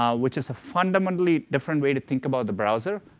um which is a fundamentally different way to think about the browser,